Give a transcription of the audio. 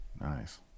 Nice